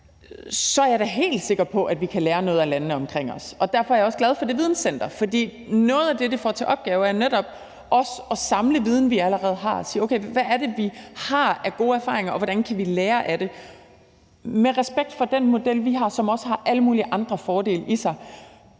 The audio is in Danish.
er jeg da helt sikker på, at vi kan lære noget af landene omkring os. Derfor er jeg også glad for det videnscenter, for noget af det, det får til opgave, er netop også at samle viden, vi allerede har, og sige: Okay, hvad er det, vi har af gode erfaringer, og hvordan kan vi lære af det, med respekt for den model, vi har, som også har alle mulige andre fordele i sig,